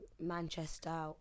Manchester